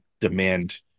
demand